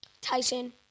Tyson